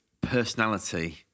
personality